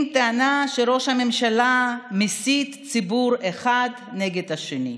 עם טענה שראש הממשלה מסית ציבור אחד נגד השני.